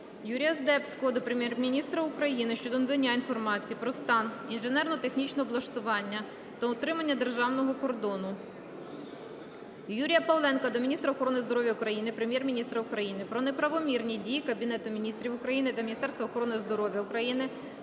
Юрія Здебського до Прем'єр-міністра України щодо надання інформації про стан інженерно-технічного облаштування та утримання державного кордону. Юрія Павленка до міністра охорони здоров'я України, Прем'єр-міністра України про неправомірні дії Кабінету Міністрів України та Міністерства охорони здоров'я України